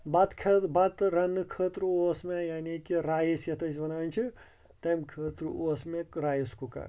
بَتہٕ خٲط بَتہٕ رَننہٕ خٲطرٕ اوس مےٚ یعنے کہِ رایِس یَتھ أسۍ وَنان چھِ تَمہِ خٲطرٕ اوس مےٚ رایِس کُکَر